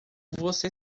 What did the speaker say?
você